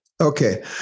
Okay